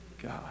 God